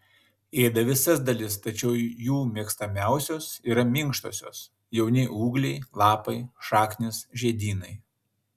ėda visas dalis tačiau jų mėgstamiausios yra minkštosios jauni ūgliai lapai šaknys žiedynai